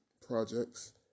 projects